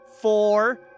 Four